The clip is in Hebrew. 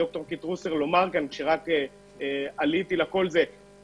דוקטור קיטרוסר לומר כאן כשרק עליתי זה מה